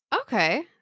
okay